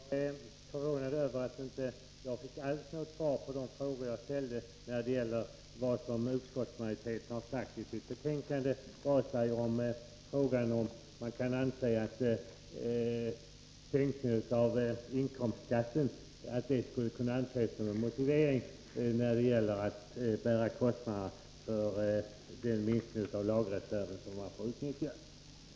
Herr talman! Jag är förvånad över att jag inte alls fick något svar på de frågor som jag ställde om vad utskottsmajoriteten skrivit om huruvida sänkningen av inkomstskatten kan anses vara ett motiv för en minskning av den lagerreserv som man får utnyttja.